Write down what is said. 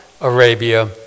Arabia